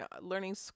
learning